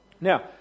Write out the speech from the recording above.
Now